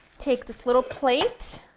take this little plate